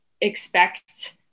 expect